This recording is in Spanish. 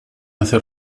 hace